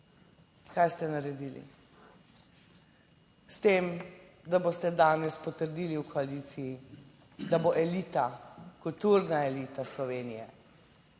Kaj ste naredili? S tem, da boste danes potrdili v koaliciji, da bo elita, kulturna elita Slovenije